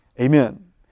Amen